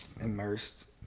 immersed